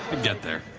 get there.